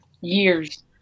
years